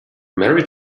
mary